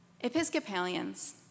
Episcopalians